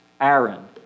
Aaron